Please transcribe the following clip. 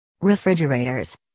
Refrigerators